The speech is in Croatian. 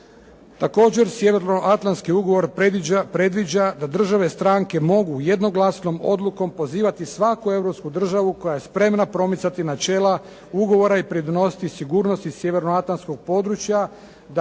Također Sjevernoatlanski ugovor predviđa da države stranke mogu jednoglasnom odlukom pozivati svaku europsku državu koja je spremna promicati načela ugovora i pridonositi sigurnosti Sjevernoatlanskog područja, da